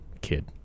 kid